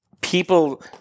People